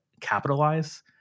capitalize